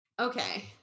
okay